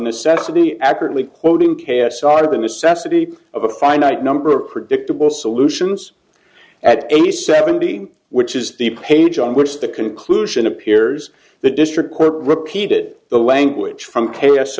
necessity accurately quoting k s r of the necessity of a finite number of predictable solutions at eighty seventy which is the page on which the conclusion appears the district court repeated the language from k s